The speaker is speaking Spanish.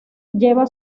lleva